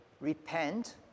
Repent